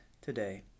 today